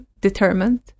determined